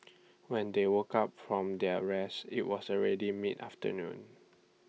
when they woke up from their rest IT was already mid afternoon